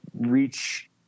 reach